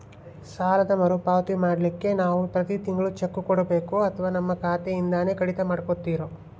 ಸಾಲದ ಮರುಪಾವತಿ ಮಾಡ್ಲಿಕ್ಕೆ ನಾವು ಪ್ರತಿ ತಿಂಗಳು ಚೆಕ್ಕು ಕೊಡಬೇಕೋ ಅಥವಾ ನಮ್ಮ ಖಾತೆಯಿಂದನೆ ಕಡಿತ ಮಾಡ್ಕೊತಿರೋ?